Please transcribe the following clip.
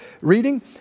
reading